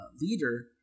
leader